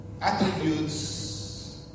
Attributes